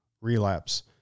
relapse